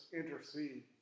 intercede